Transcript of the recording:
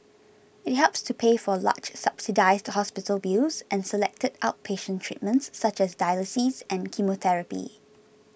it helps to pay for large subsidised hospital bills and selected outpatient treatments such as dialysis and chemotherapy